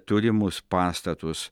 turimus pastatus